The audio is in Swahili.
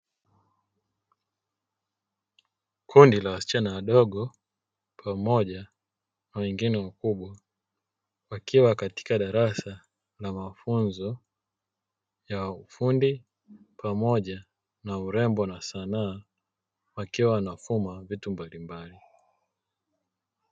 Kundi la wasichana wadogo pamoja na wengine wakubwa wakiwa katika darasa la mafunzo ya ufundi pamoja na urembo na sanaa wakiwa wanafuma vitu mbalimbali.